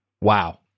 Wow